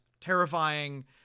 terrifying